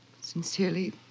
Sincerely